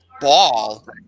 Ball